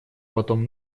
потом